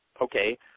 okay